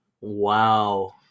Wow